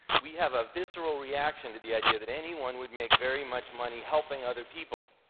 we have a visceral reaction to the idea that anyone would make very much money helping other people.